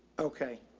okay,